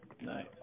nice